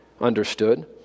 understood